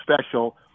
special